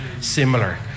similar